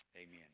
Amen